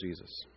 Jesus